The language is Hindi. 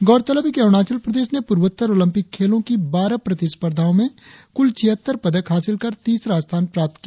गौरतलब है कि अरुणाचल प्रदेश ने पूर्वोत्तर ओलंपिक खेलों की बारह प्रतिष्पर्धाओं में कुल छिहत्तर पदक हासिल कर तीसरा स्थान प्राप्त किया